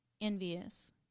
envious